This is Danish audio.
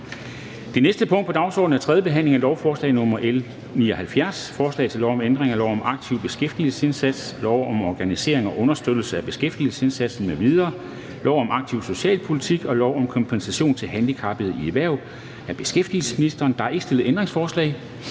Det næste punkt på dagsordenen er: 5) 3. behandling af lovforslag nr. L 79: Forslag til lov om ændring af lov om en aktiv beskæftigelsesindsats, lov om organisering og understøttelse af beskæftigelsesindsatsen m.v., lov om aktiv socialpolitik og lov om kompensation til handicappede i erhverv m.v. (Styrket og forenklet indgang til